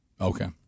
Okay